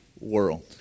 world